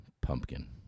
Pumpkin